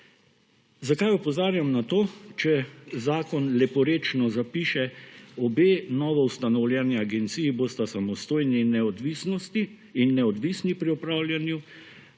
Zakaj opozarjamo na to, če zakon leporečno zapiše, »obe novoustanovljeni agenciji bosta samostojni in neodvisni pri opravljanju